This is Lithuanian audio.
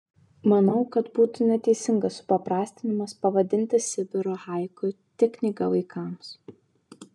manau kad būtų neteisingas supaprastinimas pavadinti sibiro haiku tik knyga vaikams